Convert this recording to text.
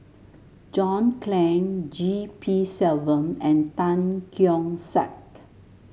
John Clang G P Selvam and Tan Keong Saik